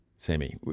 Sammy